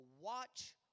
watch